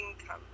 income